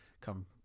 come